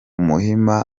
muhima